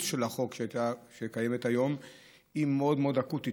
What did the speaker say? של החוק שקיימת היום היא מאוד מאוד אקוטית.